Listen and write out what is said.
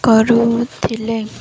କରୁଥିଲେ